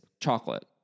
chocolate